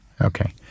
Okay